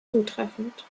zutreffend